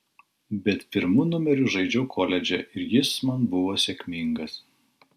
bet pirmu numeriu žaidžiau koledže ir jis man buvo sėkmingas